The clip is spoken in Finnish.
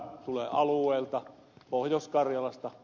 tulen alueelta pohjois karjalasta